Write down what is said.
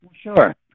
Sure